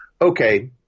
okay